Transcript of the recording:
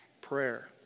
Prayer